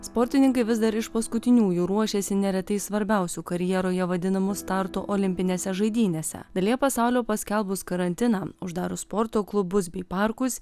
sportininkai vis dar iš paskutiniųjų ruošiasi neretai svarbiausių karjeroje vadinamų startų olimpinėse žaidynėse dalyje pasaulio paskelbus karantiną uždarius sporto klubus bei parkus